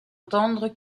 entendre